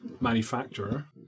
manufacturer